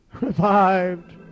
revived